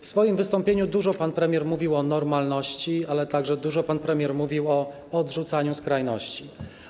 W swoim wystąpieniu pan premier mówił dużo o normalności, ale także dużo pan premier mówił o odrzucaniu skrajności.